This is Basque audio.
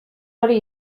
hori